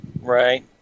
Right